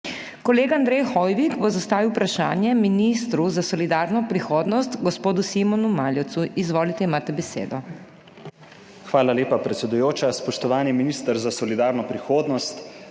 Kolega Andrej Hoivik bo zastavil vprašanje ministru za solidarno prihodnost, gospodu Simonu Maljevcu. Izvolite, imate besedo. **ANDREJ HOIVIK (PS SDS):** Hvala lepa, predsedujoča. Spoštovani minister za solidarno prihodnost!